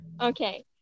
Okay